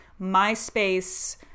MySpace